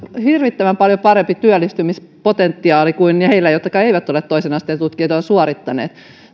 hirvittävän paljon parempi työllistymispotentiaali kuin heillä jotka eivät ole toisen asteen tutkintoa suorittaneet